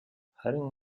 харин